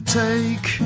take